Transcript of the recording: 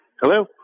Hello